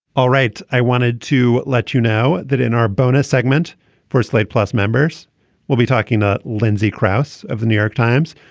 all right i wanted to let you know that in our bonus segment for slate plus members we'll be talking to lindsay krauss of the new york times.